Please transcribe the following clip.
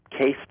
case